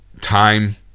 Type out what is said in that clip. time